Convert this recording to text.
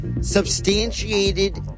substantiated